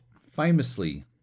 famously